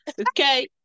okay